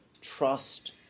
Trust